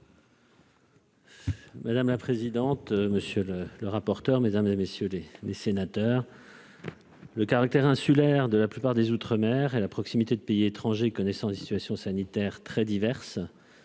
Madame la présidente, monsieur le le rapporteur, mesdames et messieurs les sénateurs. Le caractère insulaire de la plupart des Outre-mer et la proximité de pays étrangers, connaissant une situation sanitaire très diverses